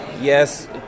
Yes